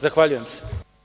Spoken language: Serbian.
Zahvaljujem se.